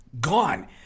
gone